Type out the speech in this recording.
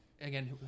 again